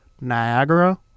Niagara